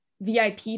vip